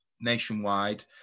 nationwide